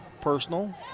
personal